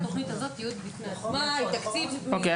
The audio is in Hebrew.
ברשותכם,